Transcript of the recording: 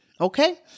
okay